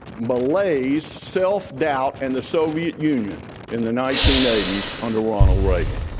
malaise, self-doubt and the soviet union in the nineteen eighty s under ronald reagan.